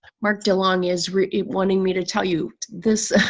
mark delong is wanting me to tell you this.